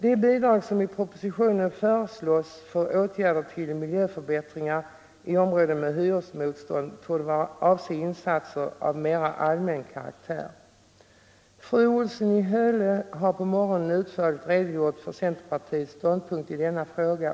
De bidrag som i propositionen föreslås för åtgärder till miljöförbättringar i områden med hyresmotstånd torde avse insatser av mera allmän karaktär. Fru Olsson i Hölö har på morgonen utförligt redogjort för centerpartiets ståndpunkt i denna fråga.